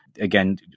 again